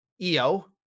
EO